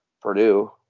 Purdue